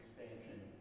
expansion